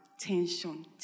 Tension